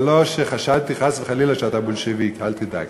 אבל לא שחשדתי חס וחלילה שאתה בולשביק, אל תדאג.